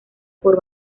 por